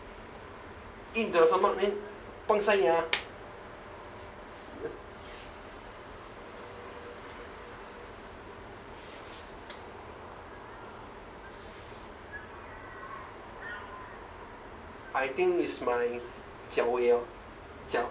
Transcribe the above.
eat into the stomach then pung sai nia I think is 角位 orh 角